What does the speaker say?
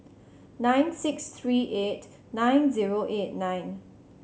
nine six three eight nine zero eight nine